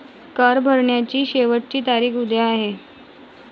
कर भरण्याची शेवटची तारीख उद्या आहे